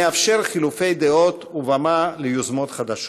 המאפשר חילופי דעות ובמה ליוזמות חדשות.